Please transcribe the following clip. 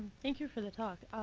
thank you for the talk.